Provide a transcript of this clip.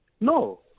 No